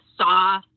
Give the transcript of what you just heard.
saw